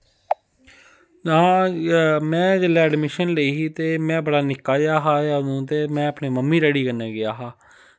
में जेल्लै अडमिशन लेई ही ते में बड़ा निक्का जेहा हा जदूं ते में अपने मम्मी डैडी कन्नै गेआ हा